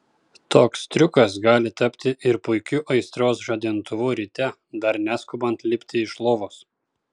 toks triukas gali tapti ir puikiu aistros žadintuvu ryte dar neskubant lipti iš lovos